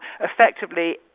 effectively